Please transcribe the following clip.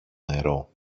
νερό